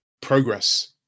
progress